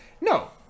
no